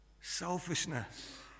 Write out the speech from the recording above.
selfishness